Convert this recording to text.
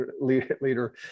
leader